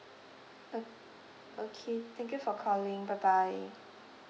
ok~ okay thank you for calling bye bye